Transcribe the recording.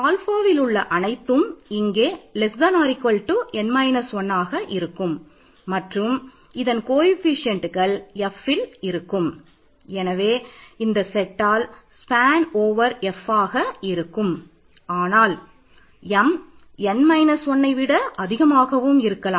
ஆனால் m n 1யை விட அதிகமாகவும் இருக்கலாம்